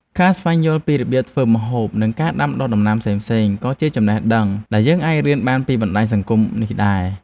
ការស្វែងយល់ពីរបៀបធ្វើម្ហូប ឬការដាំដុះដំណាំផ្សេងៗក៏ជាចំណេះដឹងដែលយើងអាចរៀនបានពីបណ្តាញសង្គមនេះដែរ។